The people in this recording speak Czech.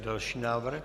Další návrh.